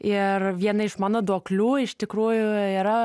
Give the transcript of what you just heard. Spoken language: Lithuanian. ir viena iš mano duoklių iš tikrųjų yra